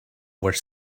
were